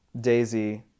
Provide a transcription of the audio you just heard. Daisy